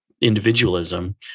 individualism